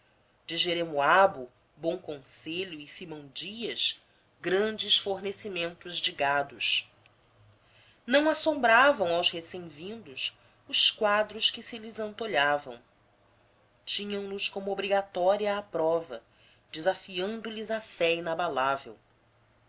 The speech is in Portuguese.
de jeremoabo bom conselho e simão dias grandes fornecimentos de gados não assombravam aos recém vindos os quadros que se lhes antolhavam tinham nos como obrigatória a prova desafiando lhes a fé inabalável